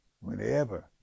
whenever